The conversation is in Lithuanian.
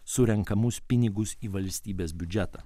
surenkamus pinigus į valstybės biudžetą